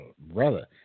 brother